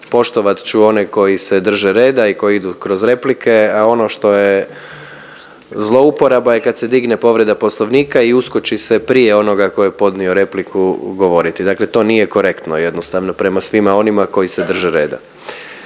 poštovat ću one koji se drže reda i koji idu kroz replike, a ono što je zlouporaba je kad se digne povreda Poslovnika i uskoči se prije onoga tko je podnio repliku govoriti. Dakle, to nije korektno jednostavno prema svima onima koji se drže reda.